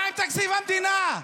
מה עם תקציב המדינה?